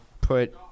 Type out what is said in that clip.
put